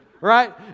right